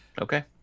Okay